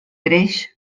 greix